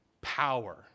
power